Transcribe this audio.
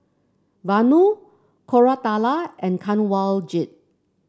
Vanu Koratala and Kanwaljit